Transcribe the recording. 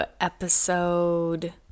episode